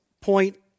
point